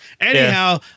anyhow